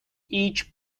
each